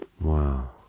Wow